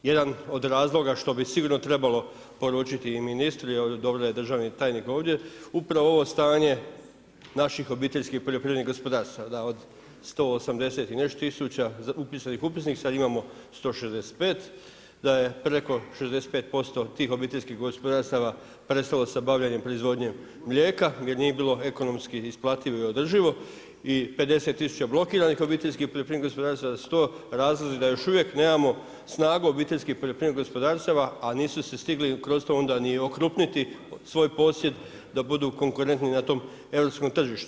Jedan od razloga što bi sigurno trebalo poručiti i ministru i dobro da je državni tajnik ovdje, upravo ovo stanje naših obiteljskih poljoprivrednih gospodarstava da od 180 i nešto tisuća upisanih u upisnik sada imamo 165, da je preko 65% tih obiteljskih gospodarstava prestalo sa bavljenjem proizvodnje mlijeka jer nije bilo ekonomski isplativo i održivo i 50 tisuća blokiranih obiteljskih poljoprivrednih gospodarstava, da su to razlozi da još uvijek nemamo snagu obiteljskih poljoprivrednih gospodarstava a nisu se stigli kroz to onda ni okrupniti svoj posjed da budu konkurentni na tom europskom tržištu.